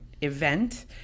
event